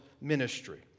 ministry